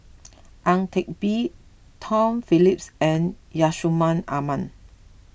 Ang Teck Bee Tom Phillips and Yusman Aman